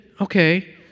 okay